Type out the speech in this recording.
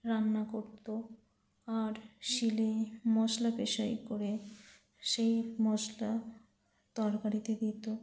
রান্না করতো আর শীলে মশলা পেশাই করে সেই মশলা তরকারিতে দিত